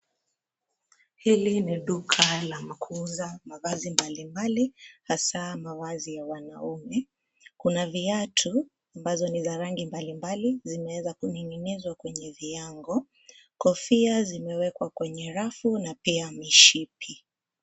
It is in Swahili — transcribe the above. Hili ni duka la kuuza mavazi mbalimbali hasa mavazi ya wanaume. Kuna viatu ambazo ni za rangi mbalimbali; zimeweza kuning'inizwa kwenye viango. Kofia zimewekwa kwenye rafu na pia mishipi.